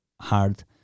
hard